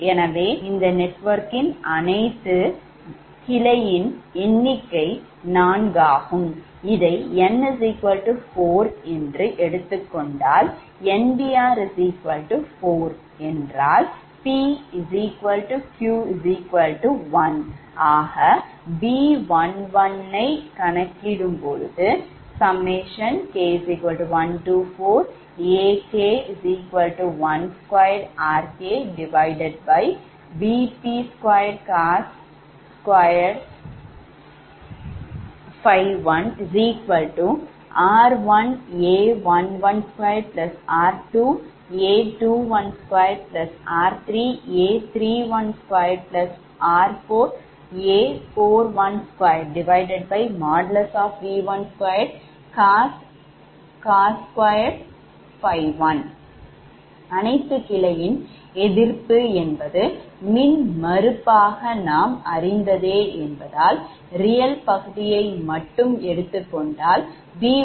எனவே இந்த நெட்வொர்க்கின் மொத்த கிளையின் எண்ணிக்கை நான்காகும் இதை n4 இவ்வாறு எடுத்துக் கொண்டால் NBR 4 என்றால் pq1ஆக B11கணக்கிட்டால் B11K14AK12RKV12COS2∅1R1A112R2A212R3A312R4A412|V1|2COS2 ∅1 அனைத்து கிளையின் எதிர்ப்பு என்பது மின்மறுப்பு ஆக நாம் அறிந்ததே என்பதால் real பகுதியை மட்டும் எடுத்துக்கொண்டால் B110